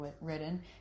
written